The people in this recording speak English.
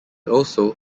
also